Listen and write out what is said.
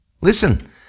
Listen